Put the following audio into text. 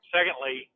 Secondly